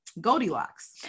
Goldilocks